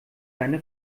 deine